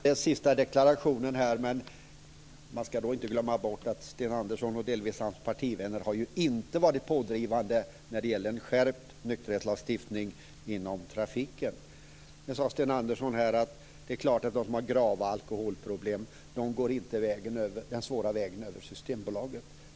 Fru talman! Jag tackar för den sista deklarationen, men man ska inte glömma bort att Sten Andersson och delvis hans partivänner inte har varit pådrivande när det gäller en skärpt nykterhetslagstiftning inom trafiken. Sten Andersson sade att de som har grava alkoholproblem inte går den svåra vägen över Systembolaget.